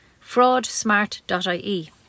fraudsmart.ie